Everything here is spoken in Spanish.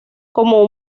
como